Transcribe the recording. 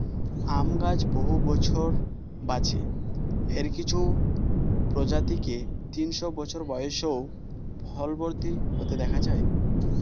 আম গাছ বহু বছর বাঁচে, এর কিছু প্রজাতিকে তিনশো বছর বয়সেও ফলবতী হতে দেখা যায়